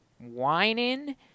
whining